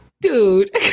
Dude